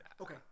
Okay